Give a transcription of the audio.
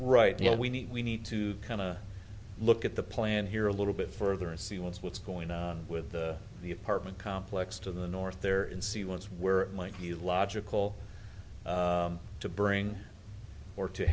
right now we need we need to kind of look at the plan here a little bit further and see what's what's going on with the apartment complex to the north there in see once where might be logical to bring or to